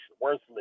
worthless